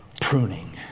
pruning